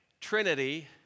Trinity